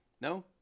no